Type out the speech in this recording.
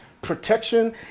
protection